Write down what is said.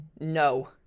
no